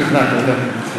שכנעת, יופי,